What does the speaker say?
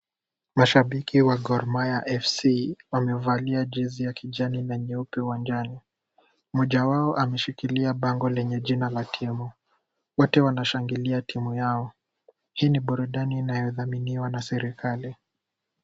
Mashabiki wa Gor Mahia FC, wamevalia jezi ya kijani na nyeupe uwanjani. Mmoja wao ameshikilia bango lenye jina la timu. Wote wanashangilia timu yao. Hii ni burudani inayothaminiwa na serikali.